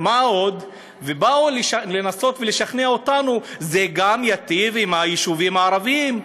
באו לנסות ולשכנע אותנו שזה גם ייטיב עם היישובים הערביים,